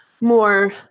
more